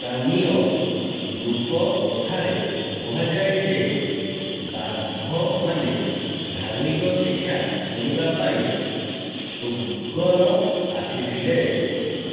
ସ୍ଥାନୀୟ ଲୋକ କଥାରେ କୁହାଯାଏ ଯେ ବାଘମାନେ ଧାର୍ମିକ ଶିକ୍ଷା ଶୁଣିବା ପାଇଁ ସୋଗଲ୍ ଆସିଥିଲେ